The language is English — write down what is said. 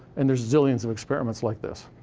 and there's zillions of experiments like this.